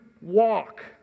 walk